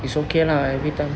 it's okay lah every time